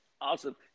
Awesome